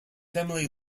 family